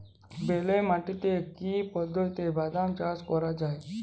বেলে মাটিতে কি পদ্ধতিতে বাদাম চাষ করা যায়?